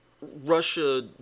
Russia